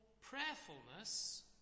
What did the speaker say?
prayerfulness